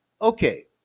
Okay